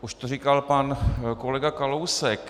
Už to říkal pan kolega Kalousek.